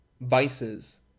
vices